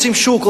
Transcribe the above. רוצים שוק,